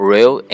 Real